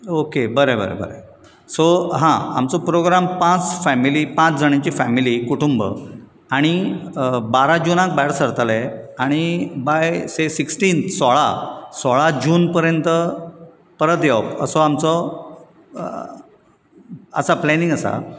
okay बरें बरें बरें सो हां आमचो प्रोग्राम पांच फेमिली पांच जाणांची फेमिली कुटूंब आणी बारा जुनाक भायर सरतले आनी बाय से सिक्सटीन्थ सोळा सोळा जून पर्यांत परत येवप असो आमचो आसा प्लेनिंग आसा